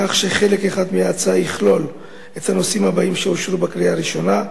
כך שחלק אחד מההצעה יכלול את הנושאים שאושרו בקריאה הראשונה: